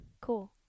Cool